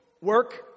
Work